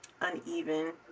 uneven